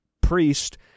priest